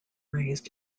raised